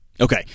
Okay